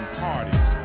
parties